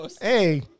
Hey